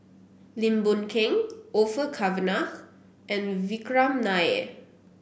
Lim Boon Keng Orfeur Cavenagh and Vikram Nair